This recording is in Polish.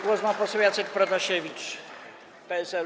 Głos ma poseł Jacek Protasiewicz, PSL.